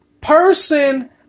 person